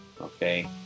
Okay